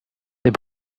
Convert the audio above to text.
they